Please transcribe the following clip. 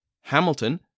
Hamilton